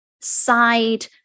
side